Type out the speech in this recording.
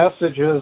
messages